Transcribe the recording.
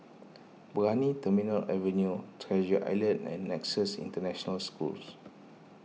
Brani Terminal Avenue Treasure Island and Nexus International Schools